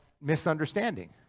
misunderstanding